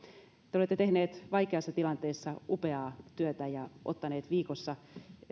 te olette tehneet vaikeassa tilanteessa upeaa työtä ja ottaneet viikossa